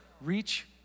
reach